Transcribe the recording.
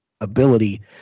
ability